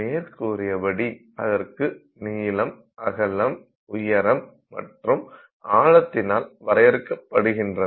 மேற்கூறியபடி அதற்கு நீளம் அகலம் உயரம் மற்றும் ஆழத்தினால் வரையருக்கப்படுகின்றன